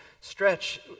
stretch